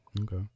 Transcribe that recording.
Okay